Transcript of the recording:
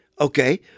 okay